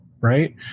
right